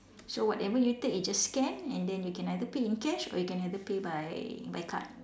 so whatever you take you just scan and then you can either pay in cash or you can either pay by by card